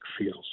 feels